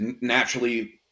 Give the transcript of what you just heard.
naturally